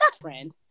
friend